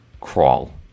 Crawl